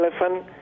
elephant